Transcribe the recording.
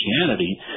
Christianity